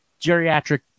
geriatric